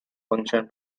function